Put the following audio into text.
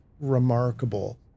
remarkable